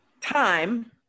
Time